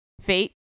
fate